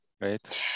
right